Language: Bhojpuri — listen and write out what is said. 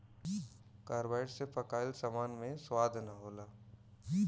कार्बाइड से पकाइल सामान मे स्वाद ना होला